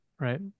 right